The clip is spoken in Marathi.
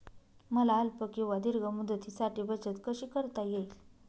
मला अल्प किंवा दीर्घ मुदतीसाठी बचत कशी करता येईल?